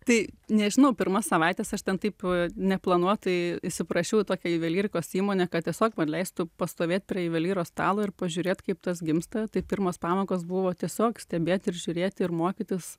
tai nežinau pirmas savaites aš ten taip neplanuotai įsiprašiau į tokią juvelyrikos įmonę kad tiesiog man leistų pastovėt prie juvelyro stalo ir pažiūrėt kaip tas gimsta tai pirmos pamokos buvo tiesiog stebėt ir žiūrėti ir mokytis